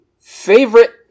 favorite